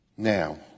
Now